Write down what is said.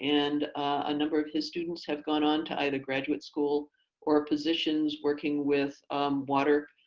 and a number of his students have gone on to either graduate school or positions working with water,